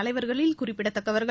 தலைவர்களில் குறிப்பிடத்தக்கவர்கள்